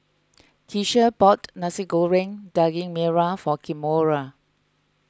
Keshia bought Nasi Goreng Daging Merah for Kimora